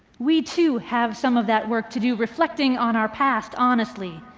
we, too, have some of that work to do, reflecting on our past honestly.